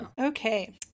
Okay